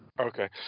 Okay